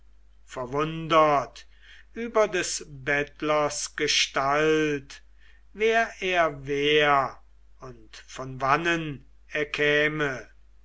verwundert über des bettlers gestalt wer er wär und von wannen er käme